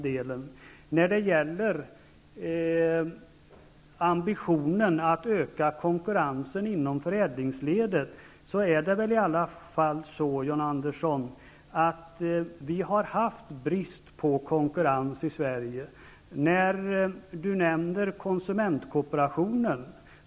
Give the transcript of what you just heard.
Men låt mig säga några ord om ambitionen att öka konkurrensen inom förädlingsledet. Det är väl i alla fall så, John Andersson, att vi i Sverige har haft brist på konkurrens? John Andersson nämner konsumentkooperationen.